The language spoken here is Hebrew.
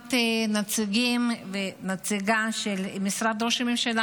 שומעת נציגים ונציגה של משרד ראש הממשלה,